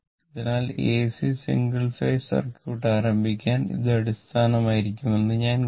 അതിനാൽ AC single phase circuit ആരംഭിക്കാൻ ഇത് അടിസ്ഥാനമായിരിക്കുമെന്ന് ഞാൻ കരുതി